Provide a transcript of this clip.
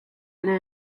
ere